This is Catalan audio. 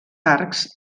arcs